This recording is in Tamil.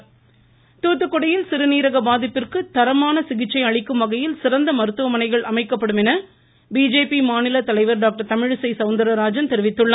தமிழிசை தூத்துக்குடியில் சிறுநீரக பாதிப்பிற்கு தரமான சிகிச்சை அளிக்கும்வகையில் சிறந்த மருத்துவமனைகள் அமைக்கப்படும் என பிஜேபி மாநில தலைவர் டாக்டர் தமிழிசை சவுந்தராஜன் தெரிவித்துள்ளார்